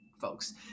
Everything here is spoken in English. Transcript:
folks